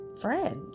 friend